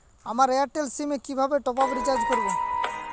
আমার Airtel sim এ কিভাবে টপ আপ রিচার্জ করবো?